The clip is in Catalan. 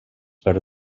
per